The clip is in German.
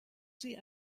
sie